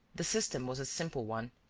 the system was a simple one.